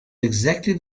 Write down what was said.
exactly